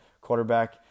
quarterback